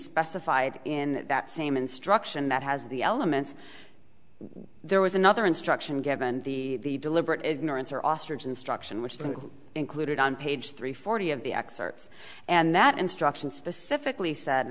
specified in that same instruction that has the elements there was another instruction given the deliberate ignorance or ostrich instruction which is included on page three forty of the excerpts and that instruction specifically said